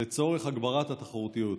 לצורך הגברת התחרותיות,